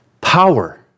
power